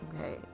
okay